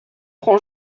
prend